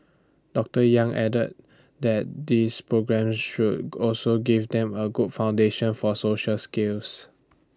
doctor yang added that these programmes should also give them A good foundation for social skills